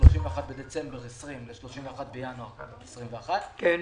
מ-31.12.20 ל-31.01.21.